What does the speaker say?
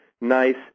Nice